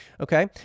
okay